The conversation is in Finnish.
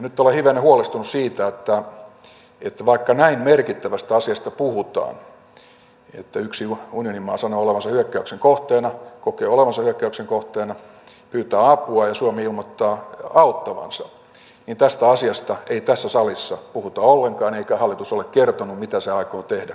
nyt olen hivenen huolestunut siitä että vaikka puhutaan näin merkittävästä asiasta että yksi unionin maa sanoo olevansa hyökkäyksen kohteena kokee olevansa hyökkäyksen kohteena pyytää apua ja suomi ilmoittaa auttavansa niin tästä asiasta ei tässä salissa puhuta ollenkaan eikä hallitus ole kertonut mitä se aikoo tehdä koko eduskunnalle